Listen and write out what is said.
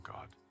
God